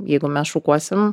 jeigu mes šukuosim